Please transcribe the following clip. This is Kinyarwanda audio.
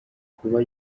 kuba